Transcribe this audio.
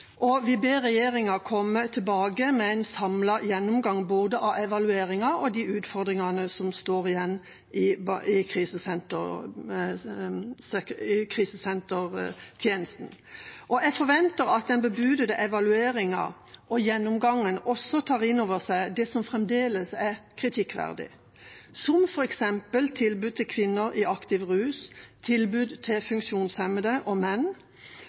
og vi ber regjeringa komme tilbake med en samlet gjennomgang av både evalueringen og de utfordringene som står igjen i krisesentertjenesten. Jeg forventer at den bebudede evalueringen og gjennomgangen også tar inn over seg det som fremdeles er kritikkverdig, som f.eks. tilbud til kvinner i aktiv rus, tilbud til funksjonshemmede, og menn,